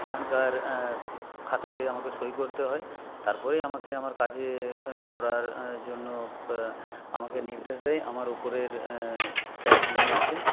সেখানকার খাতাতে আমাকে সই করতে হয় তারপরেই আমাকে আমার কাজে করার জন্য আমাকে নির্দেশ দেয় আমার উপরের স্যার যিনি আছেন